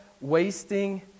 wasting